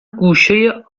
گوشه